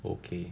okay